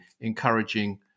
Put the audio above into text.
encouraging